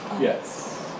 Yes